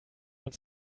uns